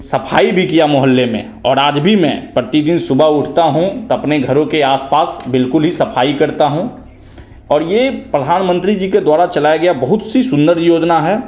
सफाई भी किया मुहल्ले में और आज भी मैं प्रतिदिन सुबह उठता हूँ तब अपने घरों के आसपास बिल्कुल ही सफाई करता हूँ और ये प्रधानमंत्री जी के द्वारा चलाया गया बहुत सी सुन्दर योजना है